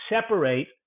separate